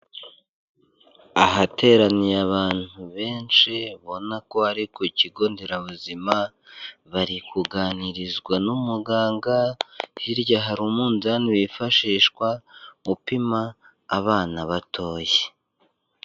Ahateraniye abantu benshi ubona ko ari ku kigo nderabuzima, bari kuganirizwa n'umuganga hirya hari umunzani wifashishwa upima abana batoya.